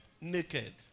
naked